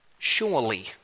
Surely